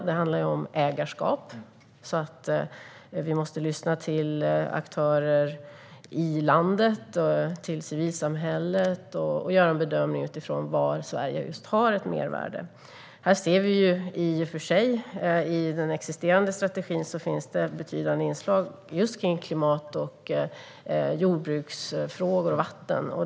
Det handlar om ägarskap, så vi måste lyssna till aktörer i landet och till civilsamhället och göra en bedömning utifrån var Sverige har just ett mervärde. Vi ser i och för sig att det i den existerande strategin finns betydande inslag kring klimat och jordbruksfrågor och vatten.